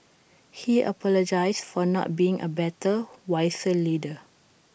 he apologised for not being A better wiser leader